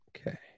Okay